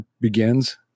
begins